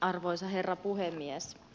arvoisa herra puhemies